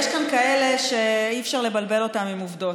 יש כאן כאלה שאי-אפשר לבלבל אותם עם עובדות,